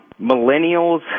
millennials